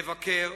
נבקר,